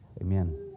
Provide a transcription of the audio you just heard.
Amen